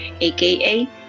aka